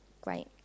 Great